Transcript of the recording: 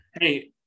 hey